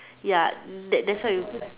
ya that that's why you put